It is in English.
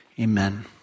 Amen